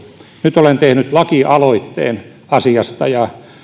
nyt olen tehnyt lakialoitteen asiasta ja